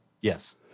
Yes